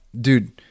dude